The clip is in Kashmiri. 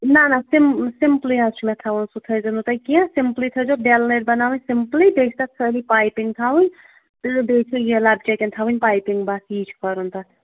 نہ نہ سِم سِمپٕلے حظ چھُ مے تھاوُن سُہ تھٲے زیو نہٕ تُہۍ کیٚنہہ سِمپٔلٕے تھٲے زیو بیل نٔرۍ بناوٕنۍ سِمپٕلٕے بیٚیہِ چھِ تتھ سٲرے پایپِنٛگ تھاوٕنۍ تہٕ بیٚیہِ چھِ یہِ لپچٮ۪کٮ۪ن تھاوٕنۍ پایپِنٛگ بَس یی چھُ کَرُن تَتھ